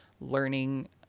learning